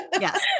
Yes